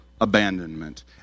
abandonment